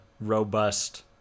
robust